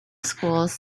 schools